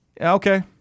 okay